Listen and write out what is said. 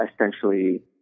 essentially